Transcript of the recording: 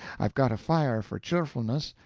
i've got a fire for cheerfulness,